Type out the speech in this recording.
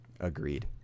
Agreed